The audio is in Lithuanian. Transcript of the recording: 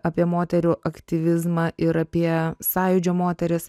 apie moterų aktyvizmą ir apie sąjūdžio moteris